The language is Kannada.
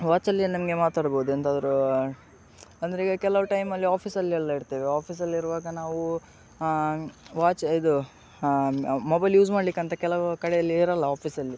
ವಾಚಲ್ಲಿ ನಮಗೆ ಮಾತಾಡ್ಬೋದು ಎಂತಾದರು ಅಂದರೆ ಈಗ ಕೆಲವು ಟೈಮಲ್ಲಿ ಆಫೀಸಲ್ಲಿ ಎಲ್ಲ ಇರ್ತೇವೆ ಆಫೀಸಲ್ಲಿರುವಾಗ ನಾವು ವಾಚ್ ಇದು ಮೊಬೈಲ್ ಯೂಸ್ ಮಾಡಲಿಕ್ಕಂತ ಕೆಲವು ಕಡೆಲ್ಲಿ ಇರೊಲ್ಲ ಆಫೀಸಲ್ಲಿ